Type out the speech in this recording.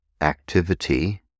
activity